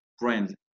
brand